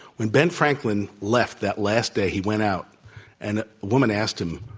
when ben franklin left that last day, he went out and a woman asked him,